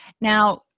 Now